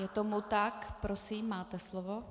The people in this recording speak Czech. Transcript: Je tomu tak, prosím, máte slovo.